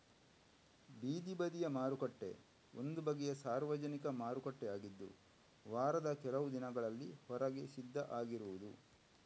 ಬೀದಿ ಬದಿಯ ಮಾರುಕಟ್ಟೆ ಒಂದು ಬಗೆಯ ಸಾರ್ವಜನಿಕ ಮಾರುಕಟ್ಟೆ ಆಗಿದ್ದು ವಾರದ ಕೆಲವು ದಿನಗಳಲ್ಲಿ ಹೊರಗೆ ಸಿದ್ಧ ಆಗಿರುದು